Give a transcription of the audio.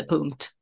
Punkt